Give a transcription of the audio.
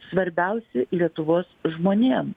svarbiausi lietuvos žmonėm